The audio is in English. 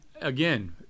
again